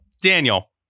Daniel